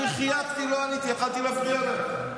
אני חייכתי, לא עניתי, יכולתי להפריע לך.